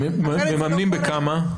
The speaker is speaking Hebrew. אחרת זה לא קורה.